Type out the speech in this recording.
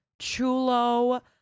chulo